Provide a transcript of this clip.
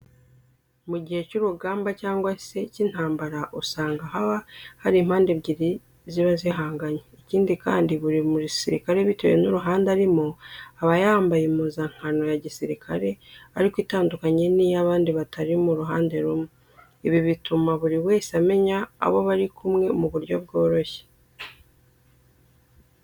Mu gihe cy'urugamba cyangwa se cy'intambara usanga haba hari impande ebyiri ziba zihanganye. Ikindi kandi, buri musirikare bitewe n'uruhande arimo aba yambaye impuzankano ya gisirikare ariko itandukanye n'iy'abandi batari mu ruhande rumwe. Ibi bituma buri wese amenya abo bari kumwe mu buryo bworoshye